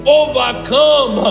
overcome